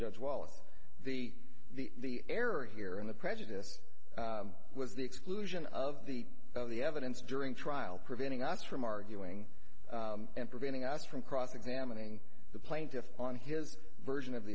judge wallace the the error here and the prejudice was the exclusion of the of the evidence during trial preventing us from arguing and preventing us from cross examining the plaintiff on his version of